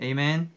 Amen